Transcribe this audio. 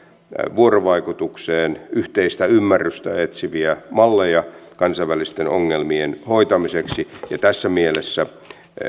vuorovaikutukseen yhteistä ymmärrystä etsiviä malleja kansainvälisten ongelmien hoitamiseksi ja tässä mielessä